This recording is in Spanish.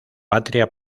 patria